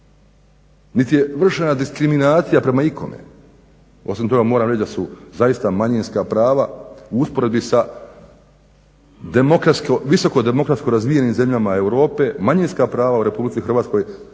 niti je vršena diskriminacija prema ikome. Osim toga, moram reći da su zaista manjinska prava u usporedbi sa visoko demokratsko razvijenim zemljama Europe manjinska prava u Republici Hrvatskoj